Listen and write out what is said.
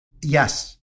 Yes